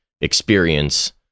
experience